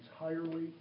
entirely